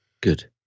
Good